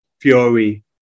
fury